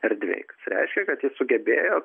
erdvėj kas reiškia kad jis sugebėjo